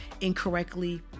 incorrectly